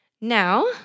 Now